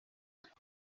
coses